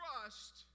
trust